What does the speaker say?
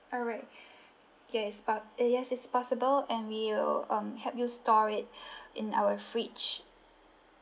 alright yes but uh yes it's possible and we'll um help you store it in our fridge